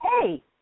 Hey